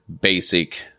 basic